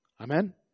Amen